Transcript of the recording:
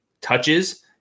touches